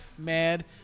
Mad